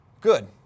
Good